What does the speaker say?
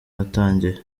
atangiye